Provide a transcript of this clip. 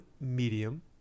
medium